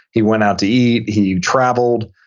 he went out to eat. he traveled.